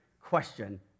question